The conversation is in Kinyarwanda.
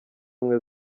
ubumwe